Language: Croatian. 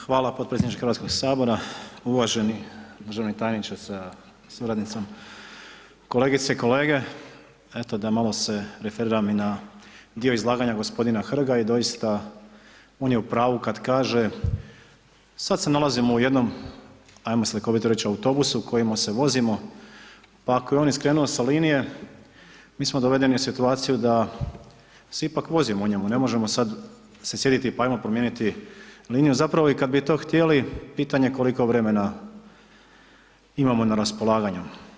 Hvala podpredsjedniče Hrvatskog sabora, uvaženi državni tajniče sa suradnicom, kolegice i kolege, eto da malo se referiram i na dio izlaganja gospodina Hrga i doista on je u pravu kad kaže, sad se nalazimo u jednom ajmo slikovito reć autobusu u kojemu se vozimo pa ako je i on skrenuo sa linije mi smo dovedeni u situaciju da se ipak vozimo u njemu, ne možemo sad se sjediti pa ajmo promijeniti liniju, zapravo i kad bi to htjeli pitanje koliko vremena imamo na raspolaganju.